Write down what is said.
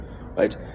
right